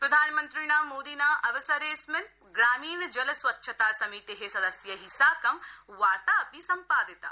प्रधानमन्त्रिणा मोदिना अवसरेऽस्मिन् ग्रामीण जल स्वच्छता समिते सदस्यै साकं वार्ता अपि सम्पादिता